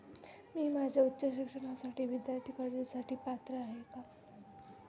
मी माझ्या उच्च शिक्षणासाठी विद्यार्थी कर्जासाठी पात्र आहे का?